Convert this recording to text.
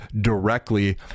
directly